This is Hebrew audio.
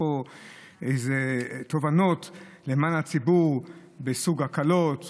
פה איזה תובנות למען הציבור בסוג ההקלות,